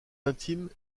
intimes